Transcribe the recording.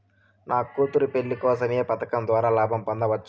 నా కూతురు పెళ్లి కోసం ఏ పథకం ద్వారా లాభం పొందవచ్చు?